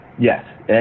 Yes